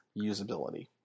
usability